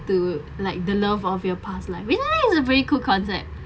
to like the love of your past life vinaya is a very cool concept